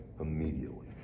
immediately